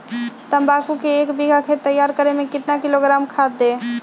तम्बाकू के एक बीघा खेत तैयार करें मे कितना किलोग्राम खाद दे?